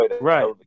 Right